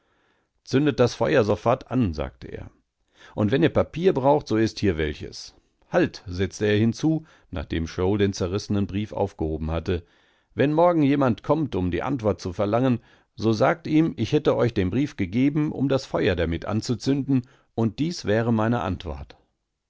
zündet das feuer sofort an sagte er und wenn ihr papier braucht so ist hier welches halt setzteerhinzu nachdemshrowldenzerrissenenbriefaufgehobenhatte wenn morgen jemand kommt um die antwort zu verlangen so sagt ihm ich hätte euch den brief gegeben um das feuer damit anzuzünden und dies wäre meine antwort